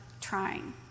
trying